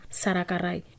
sarakarai